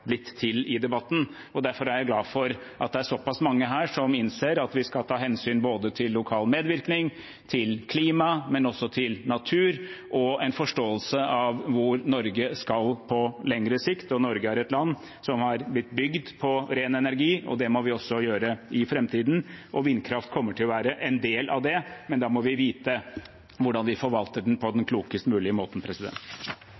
blitt til i debatten. Derfor er jeg glad for at det er såpass mange her som innser at vi skal ta hensyn både til lokal medvirkning, til klima – men også til natur – og en forståelse av hvor Norge skal på lengre sikt. Norge er et land som er blitt bygd på ren energi, og det må vi også gjøre i framtiden. Vindkraft kommer til å være en del av det, men da må vi vite hvordan vi forvalter den på